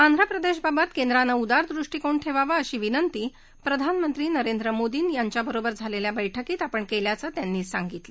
आंध्र प्रदेशबाबत केंद्रानं उदार दृष्टिकोन ठेवावा अशी विनंती प्रधानमंत्री नरेंद्र मोदीं बरोबर झालेल्या बैठकीत आपण केल्याचं त्यांनी सांगितलं